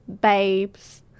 babes